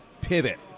pivot